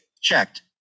Checked